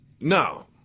No